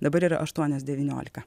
dabar yra aštuonios devyniolika